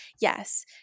yes